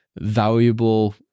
valuable